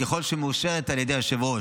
ככל שהיא מאושרת על ידי היושב-ראש.